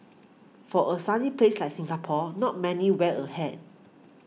for a sunny place like Singapore not many wear a hat